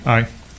Aye